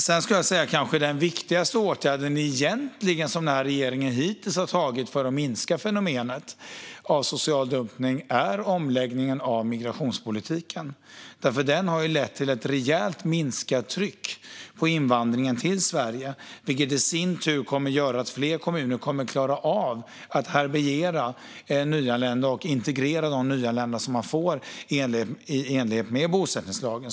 Sedan skulle jag säga att den kanske viktigaste åtgärd som denna regering hittills har vidtagit för att minska fenomenet social dumpning är omläggningen av migrationspolitiken. Den har nämligen lett till ett rejält minskat tryck i invandringen till Sverige, vilket i sin tur kommer att göra att fler kommuner klarar av att härbärgera och integrera de nyanlända de får i enlighet med bosättningslagen.